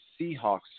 Seahawks